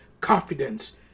confidence